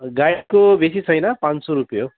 गाइडको बेसी छैन पाँच सौ रुपियाँ हो